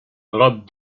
robe